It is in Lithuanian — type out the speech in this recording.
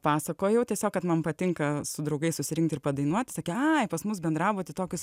pasakojau tiesiog kad man patinka su draugais susirinkt ir padainuot sakė aj pas mus bendrabuty tokius